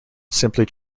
simply